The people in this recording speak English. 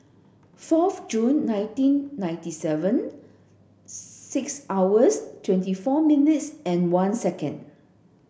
fourth Jun nineteen ninety seven six hours twenty four minutes and one second